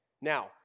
Now